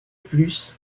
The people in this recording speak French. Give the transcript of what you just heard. plus